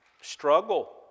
struggle